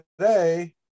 today